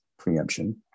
preemption